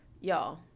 Y'all